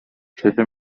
چطور